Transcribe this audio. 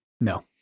No